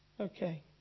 Okay